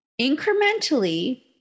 incrementally